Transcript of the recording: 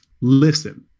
Listen